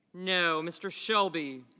no. mr. shelby